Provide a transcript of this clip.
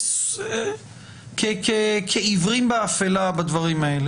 אנחנו כעיוורים באפלה בדברים האלה.